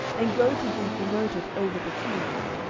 and go to be promoted over the trees?